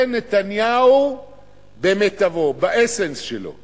זה נתניהו במיטבו, ב"אסנס" שלו.